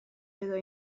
edo